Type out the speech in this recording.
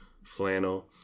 flannel